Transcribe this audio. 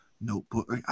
notebook